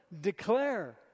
declare